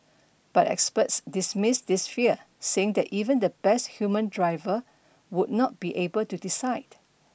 but experts dismiss this fear saying that even the best human driver would not be able to decide